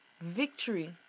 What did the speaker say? Victory